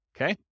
Okay